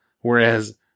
whereas